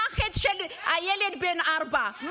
מה החטא של הילד בן הארבע?